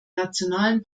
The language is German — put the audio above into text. nationalen